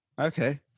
Okay